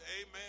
Amen